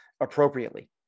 appropriately